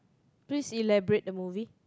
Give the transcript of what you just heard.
please elaborate the movie